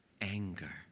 anger